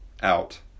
out